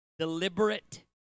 Deliberate